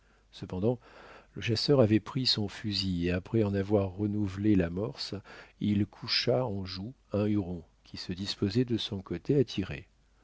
cependant le chasseur avait pris son fusil et après en avoir renouvelé l'amorce il coucha en joue un huron qui se disposait de son côté